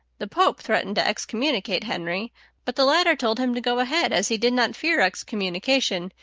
the pope threatened to excommunicate henry but the latter told him to go ahead, as he did not fear excommunication,